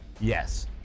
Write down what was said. Yes